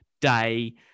day